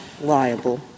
liable